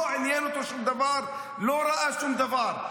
לא עניין אותו שום דבר, לא ראה שום דבר.